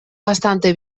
bastante